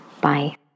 Bye